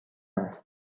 است